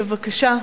בבקשה.